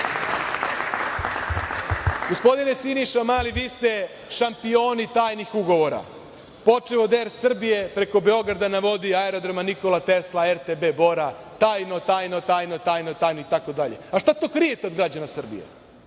Srbiji. Gospodine Siniša Mali, vi ste šampioni tajnih ugovora, počev od "Er Srbije" preko "Beograda na vodi", Aerodroma "Nikola Tesla", RTB Bora, tajno, tajno, tajno, tajno, itd. A šta to krijete od građana Srbije?